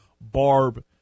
barb